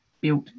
built